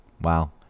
wow